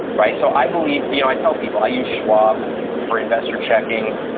right? so i believe, you know i tell people, i use schwab for investor checking.